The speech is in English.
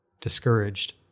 discouraged